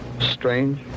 Strange